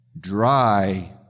dry